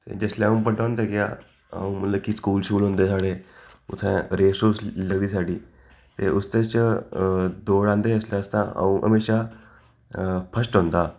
ते जिसलै अ'ऊं बड्डा होंदा गेआ अ'ऊं मतलब कि स्कूल श्कूल होंदे हे साढ़े उत्थै रेस लगदी साढ़ी ते उसदे च दौड़ आंदे हे जिसलै अ'ऊं म्हैशा फस्ट औंदा हा